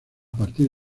partir